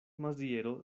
maziero